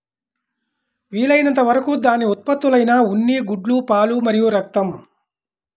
వీలైనంత వరకు దాని ఉత్పత్తులైన ఉన్ని, గుడ్లు, పాలు మరియు రక్తం